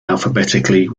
alphabetically